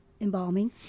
embalming